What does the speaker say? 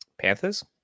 Panthers